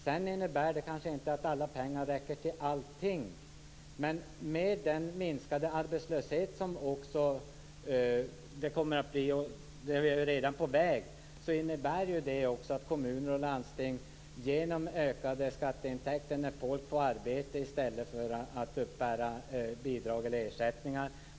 Pengarna räcker kanske inte till allting, men med den minskning av arbetslöshet som kommer och som redan är på väg får kommuner och landsting ökade skatteintäkter när folk får arbete i stället för att uppbära bidrag eller ersättningar.